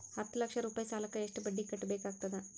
ಹತ್ತ ಲಕ್ಷ ರೂಪಾಯಿ ಸಾಲಕ್ಕ ಎಷ್ಟ ಬಡ್ಡಿ ಕಟ್ಟಬೇಕಾಗತದ?